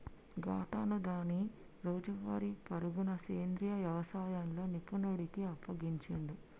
గాతను దాని రోజువారీ పరుగును సెంద్రీయ యవసాయంలో నిపుణుడికి అప్పగించిండు